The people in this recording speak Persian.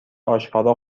آشکارا